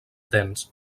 dens